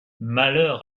malheur